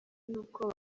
nuko